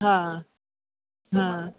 हा हा